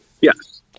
Yes